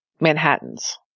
Manhattans